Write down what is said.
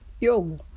Yo